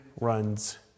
runs